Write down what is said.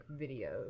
videos